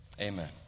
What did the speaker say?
Amen